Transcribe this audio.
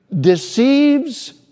deceives